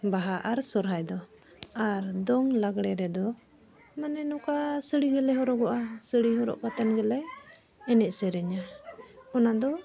ᱵᱟᱦᱟ ᱟᱨ ᱥᱚᱨᱦᱟᱭ ᱫᱚ ᱟᱨ ᱫᱚᱝ ᱞᱟᱜᱽᱬᱮ ᱨᱮᱫᱚ ᱢᱟᱱᱮ ᱱᱚᱝᱠᱟ ᱥᱟᱹᱲᱤᱦᱚᱸ ᱞᱮ ᱦᱚᱨᱚᱜᱚᱜᱼᱟ ᱥᱟᱹᱲᱤ ᱦᱚᱨᱚᱜ ᱠᱟᱛᱮᱫ ᱜᱮᱞᱮ ᱮᱱᱮᱡᱼᱥᱮᱨᱮᱧᱟ ᱚᱱᱟ ᱫᱚ